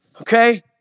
Okay